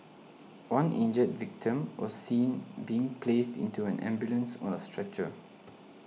one injured victim was seen being placed into an ambulance on a stretcher